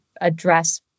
address